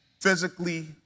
physically